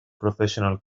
professional